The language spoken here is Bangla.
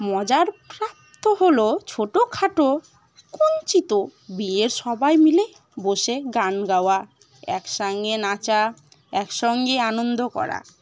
মজার প্রাপ্ত হলো ছোটো খাটো কুঞ্চিত বিয়ের সবাই মিলে বসে গান গাওয়া একসঙ্গে নাচা একসঙ্গে আনন্দ করা